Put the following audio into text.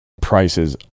prices